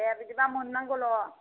दे बिदिबा मोननांगौ ल'